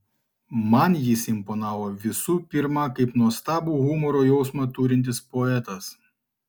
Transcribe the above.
man jis imponavo visų pirma kaip nuostabų humoro jausmą turintis poetas